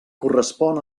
correspon